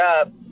up